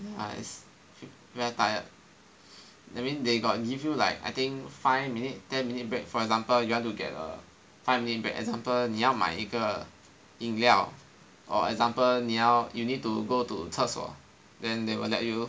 ya is very tired that means they got give you like I think five minute ten minute break for example you want to get a I mean five minute break 你要买一个饮料 or example you need to go to 厕所 then they will let you